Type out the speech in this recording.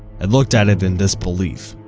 and looked at it in disbelief,